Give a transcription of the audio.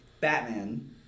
Batman